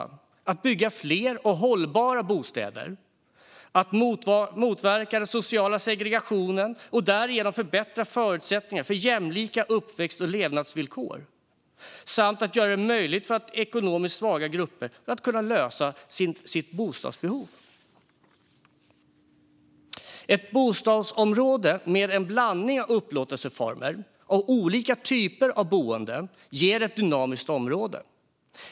Det handlar om att bygga fler och hållbara bostäder, att motverka den sociala segregationen och därigenom förbättra förutsättningar för jämlika uppväxt och levnadsvillkor samt att göra det möjligt för ekonomiskt svaga grupper att lösa sina bostadsbehov. Ett bostadsområde med en blandning av upplåtelseformer av olika typer av boenden ger ett dynamiskt område.